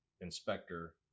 inspector